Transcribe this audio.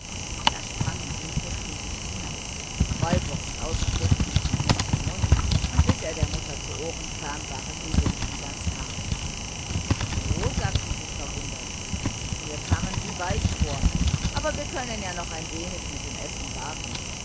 da sprang marie befriedigt hinaus walburgs ausspruch ging von mund zu mund und bis es der mutter zu ohren kam waren die linsen ganz hart so sagte sie verwundert mir kamen sie weich vor aber wir können ja noch ein wenig mit dem essen warten